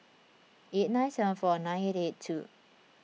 eight nine seven four nine eight eight two